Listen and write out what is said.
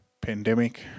pandemic